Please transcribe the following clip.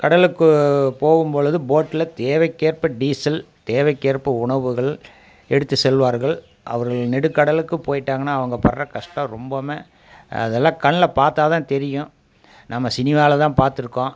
கடலுக்குப் போகும்பொழுது போட்டில் தேவைக்கேற்ப டீசல் தேவைக்கேற்ப உணவுகள் எடுத்துச் செல்வார்கள் அவர்கள் நெடுக்கடலுக்கு போயிட்டாங்கனால் அவங்க படுற கஷ்டம் ரொம்பமே அதெல்லாம் கண்ணில் பார்த்தா தான் தெரியும் நம்ம சினிமாவில் தான் பார்த்துருக்கோம்